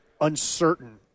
uncertain